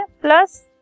Plus